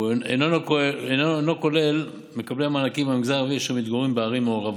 והוא אינו כולל מקבלי מענקים מהמגזר הערבי אשר מתגוררים בערים מעורבות.